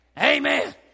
Amen